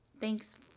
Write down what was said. thanks